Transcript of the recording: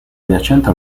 adiacente